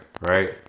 right